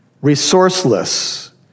resourceless